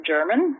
German